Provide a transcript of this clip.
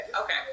okay